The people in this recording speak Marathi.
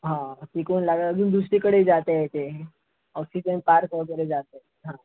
हां तिथून लागलं तर अजून दुसरीकडे जाता येते ऑक्सिजन पार्क वगैरे जाता येते हा